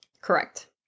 Correct